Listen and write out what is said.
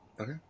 Okay